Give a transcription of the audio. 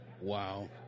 Wow